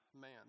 man